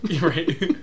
Right